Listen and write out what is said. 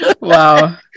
Wow